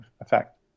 effect